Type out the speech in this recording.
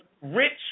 rich